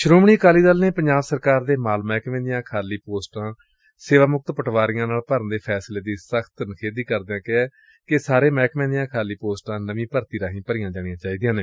ਸ਼ੋਮਣੀ ਅਕਾਲੀ ਦਲ ਨੇ ਪੰਜਾਬ ਸਰਕਾਰ ਦੇ ਮਾਲ ਮਹਿਕਮੇ ਦੀਆਂ ਖਾਲੀ ਆਸਾਮੀਆਂ ਸੇਵਾਮੁਕਤ ਪਟਵਾਰੀਆਂ ਨਾਲ ਭਰਨ ਦੇ ਫੈਂਸਲੇ ਦੀ ਸਖ਼ਤ ਨਿਖੇਧੀ ਕਰਦਿਆਂ ਕਿਹੈ ਕਿ ਸਾਰੇ ਮਹਿਕਮਿਆਂ ਦੀਆਂ ਖਾਲੀ ਪੋਸਟਾਂ ਨਵੀ ਭਰਤੀ ਰਾਹੀ ਭਰੀਆਂ ਜਾਣੀਆਂ ਚਾਹੀਦੀਆਂ ਨੇ